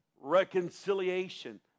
reconciliation